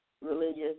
religious